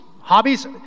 hobbies